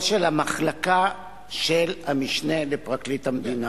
או של המחלקה של המשנה לפרקליט המדינה.